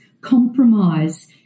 compromise